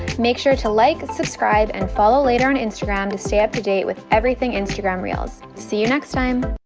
make sure to like subscribe and follow later and instagram to stay up-to-date with everything instagram reels. see you next time!